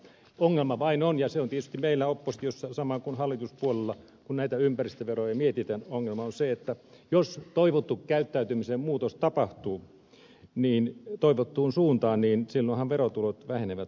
ongelma vain on ja se on tietysti meillä oppositiossa sama kuin hallituspuolueilla kun näitä ympäristöveroja mietitään että jos toivottu käyttäytymisen muutos tapahtuu toivottuun suuntaan niin silloinhan verotulot vähenevät vastaavasti